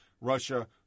Russia